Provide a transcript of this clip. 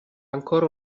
ancora